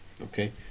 Okay